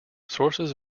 sources